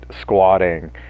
squatting